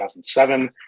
2007